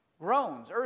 groans